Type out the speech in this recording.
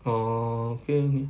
orh okay